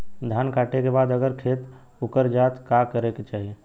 धान कांटेके बाद अगर खेत उकर जात का करे के चाही?